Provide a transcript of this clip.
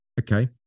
Okay